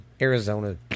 Arizona